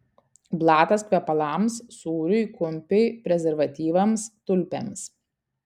blatas kvepalams sūriui kumpiui prezervatyvams tulpėms